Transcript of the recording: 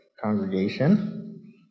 congregation